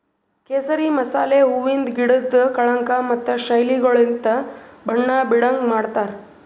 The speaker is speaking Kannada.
ಕೇಸರಿ ಮಸಾಲೆ ಹೂವಿಂದ್ ಗಿಡುದ್ ಕಳಂಕ ಮತ್ತ ಶೈಲಿಗೊಳಲಿಂತ್ ಬಣ್ಣ ಬೀಡಂಗ್ ಮಾಡ್ತಾರ್